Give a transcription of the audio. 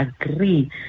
agree